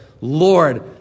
Lord